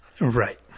right